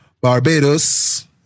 Barbados